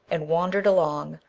and wandered along,